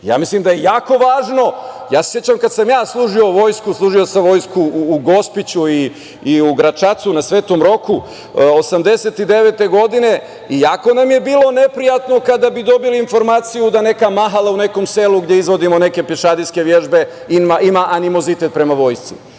Mislim da je jako važno, sećam se kada sam ja služio vojsku, služio sam vojsku u Gospiću i u Gračacu na Svetom Roku 1989. godine i jako nam je bilo neprijatno kada bi dobili informaciju da neka mahala u nekom selu gde izvodimo neke pešadijske vežbe ima animozitet prema vojsci.